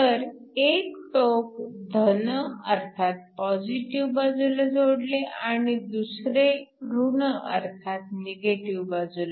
तर एक टोक धन अर्थात पॉजिटीव्ह बाजूला जोडले आणि दुसरे ऋण अर्थात निगेटिव्ह बाजूला